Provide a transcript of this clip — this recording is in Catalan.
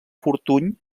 fortuny